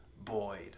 Boyd